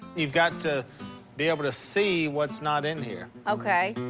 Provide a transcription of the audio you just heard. you've got to be able to see what's not in here. okay.